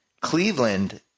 Cleveland